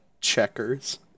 Checkers